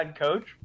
coach